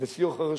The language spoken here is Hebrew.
זה, הראשון?